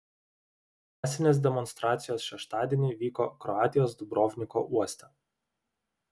masinės demonstracijos šeštadienį vyko kroatijos dubrovniko uoste